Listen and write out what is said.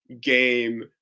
game